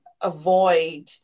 avoid